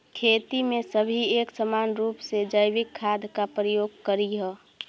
खेती में सभी एक समान रूप से जैविक खाद का प्रयोग करियह